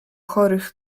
chorych